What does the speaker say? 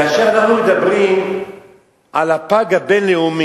כאשר אנחנו מדברים על יום הפג הבין-לאומי,